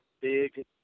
big